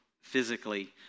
physically